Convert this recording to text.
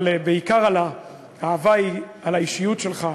אבל בעיקר האהבה היא על האישיות שלך,